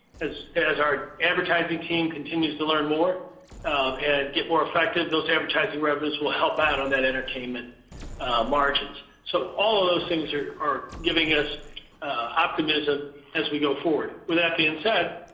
as as our advertising team continues to learn more and get more effective, those advertising revenues will help out on that entertainment margins. so all of those things are are giving us optimism as we go forward. with that being and said,